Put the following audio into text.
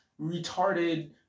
retarded